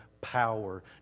power